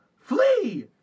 Flee